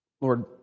Lord